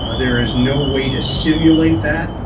ah there is no way to simulate that.